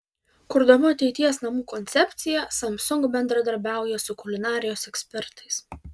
kurdama ateities namų koncepciją samsung bendradarbiauja su kulinarijos ekspertais